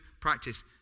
practice